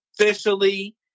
officially